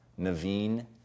Naveen